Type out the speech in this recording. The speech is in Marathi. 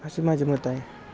असे माझे मत आहे